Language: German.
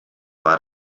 war